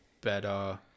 better